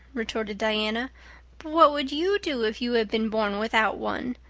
retorted diana, but what would you do if you had been born without one?